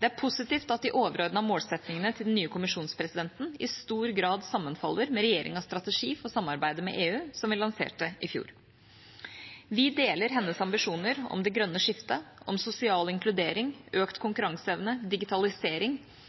Det er positivt at de overordnede målsettingene til den nye kommisjonspresidenten i stor grad sammenfaller med regjeringas strategi for samarbeidet med EU, som vi lanserte i fjor. Vi deler hennes ambisjoner om det grønne skiftet, om sosial inkludering, økt